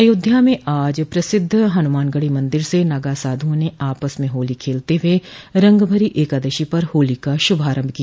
अयोध्या में आज प्रसिद्ध हनुमानगढ़ी मंदिर से नागा साधुओं ने आपस में होली खेलते हुए रंगभरी एकादशी पर होली का शुभारंभ किया